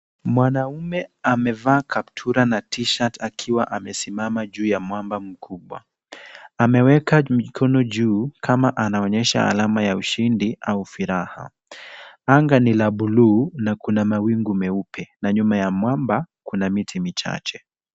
Mwanaume amevaa kaptura na t-shirt akiwa amesimama juu ya mwamba mkubwa. Ameweka mikono juu kama anaonyesha alama ya ushindi au furaha. Anga ni la buluu na kuna mawingu meupe na nyuma ya mwamba kuna miti michache.